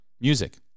music